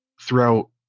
throughout